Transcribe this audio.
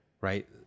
Right